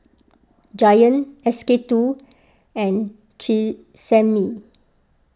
Giant SK two and Tresemme